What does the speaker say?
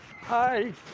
Hi